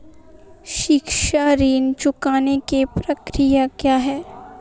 शिक्षा ऋण चुकाने की प्रक्रिया क्या है?